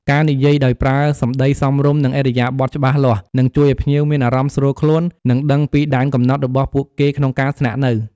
ការនិយាយាដោយប្រើសម្តីសមរម្យ និងឥរិយាបទច្បាស់លាស់ នឹងជួយឲ្យភ្ញៀវមានអារម្មណ៍ស្រួលខ្លួន និងដឹងពីដែនកំណត់របស់ពួកគេក្នុងការស្នាក់នៅ។